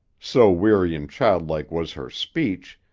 so weary and childlike was her speech,